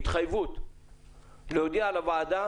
התחייבות לוועדה